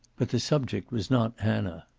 but the subject was not anna.